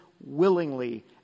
willingly